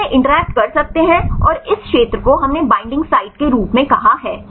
तो यह इंटरैक्ट कर सकते हैं और इस क्षेत्र को हमने बईंडिंग साइट के रूप में कहा है